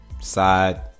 side